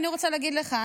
אני רוצה להגיד לך,